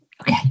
Okay